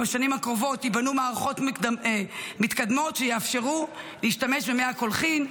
בשנים הקרובות ייבנו מערכות מתקדמות שיאפשרו להשתמש במי הקולחין.